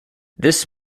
this